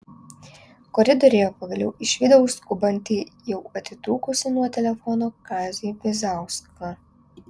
koridoriuje pagaliau išvydau skubantį jau atitrūkusį nuo telefono kazį bizauską